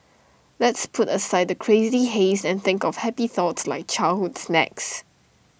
let's put aside the crazy haze and think of happy thoughts like childhood snacks